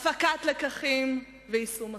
הפקת לקחים ויישום מסקנות.